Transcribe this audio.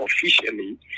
officially